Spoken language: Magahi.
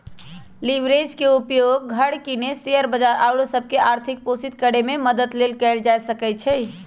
लिवरेज के उपयोग घर किने, शेयर बजार आउरो सभ के आर्थिक पोषित करेमे मदद लेल कएल जा सकइ छै